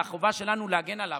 והחובה שלנו להגן עליו.